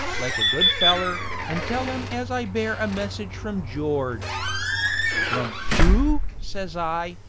like a good feller, an' tell im as i bear a message from george from oo? says i.